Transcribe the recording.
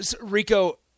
Rico